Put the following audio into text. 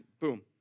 boom